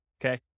okay